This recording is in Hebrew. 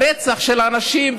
ברצח של אנשים,